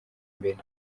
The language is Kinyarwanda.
mbere